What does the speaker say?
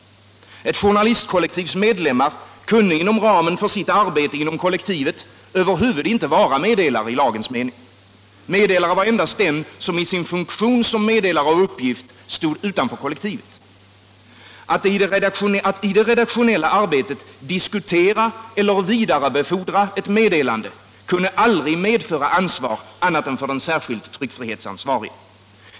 Ett journalistkollektivs medlemmar kunde inom ramen för sitt arbete inom kollektivet över huvud inte vara meddelare i lagens mening. Meddelare var endast den som i sin funktion som meddelare av uppgift stod utanför kollektivet. Att i det redaktionetla arbetet diskutera eller vidarebefordra ett meddelande kunde aldrig medföra ansvar annat än för den särskilt tryckfrihetsansvarige.